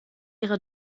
ihre